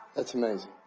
that's amazing.